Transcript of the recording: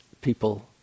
people